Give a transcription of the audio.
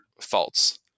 False